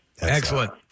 Excellent